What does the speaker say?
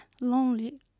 lonely